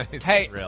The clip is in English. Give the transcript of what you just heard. Hey